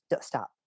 stop